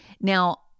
Now